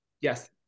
yes